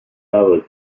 hours